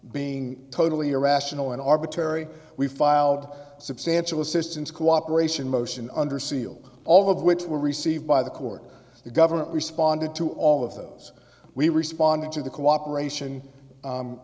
being totally irrational and arbitrary we filed substantial assistance cooperation motion under seal all of which were received by the court the government responded to all of those we responded to the cooperation